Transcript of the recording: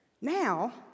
Now